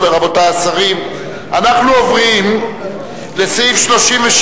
רבותי השרים, אנחנו עוברים לסעיף 37,